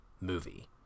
movie